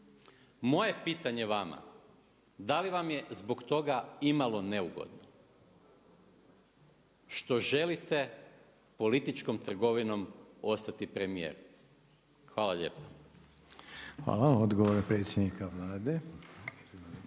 Moje pitanje vama, da li vam je zbog toga imalo neugodno što želite političkom trgovinom ostati premijer? Hvala lijepa. **Reiner, Željko (HDZ)** Hvala odgovor predsjednika Vlade.